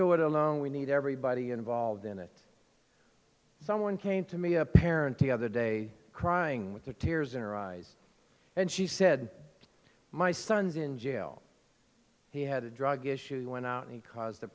do it alone we need everybody involved in it someone came to me a parent the other day crying with the tears in her eyes and she said my son's in jail he had a drug issues went out and he caused the